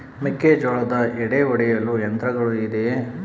ಮೆಕ್ಕೆಜೋಳದ ಎಡೆ ಒಡೆಯಲು ಯಂತ್ರಗಳು ಇದೆಯೆ?